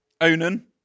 Onan